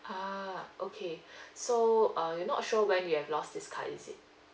ah okay so uh you're not sure when you have lost this card is it